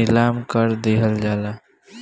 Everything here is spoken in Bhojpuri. नीलाम कर दिहल जाला